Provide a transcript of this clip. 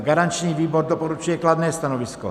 Garanční výbor doporučuje kladné stanovisko.